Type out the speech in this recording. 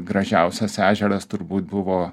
gražiausias ežeras turbūt buvo